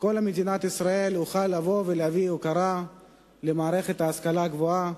כל מדינת ישראל תוכל לבוא ולתת הוקרה למערכת ההשכלה הגבוהה,